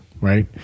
right